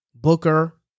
Booker